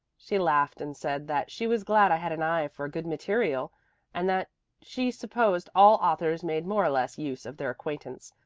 she laughed and said that she was glad i had an eye for good material and that she supposed all authors made more or less use of their acquaintance,